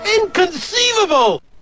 Inconceivable